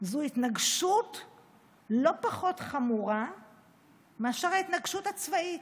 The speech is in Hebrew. זה התנגשות לא פחות חמורה מאשר ההתנגשות הצבאית.